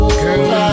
girl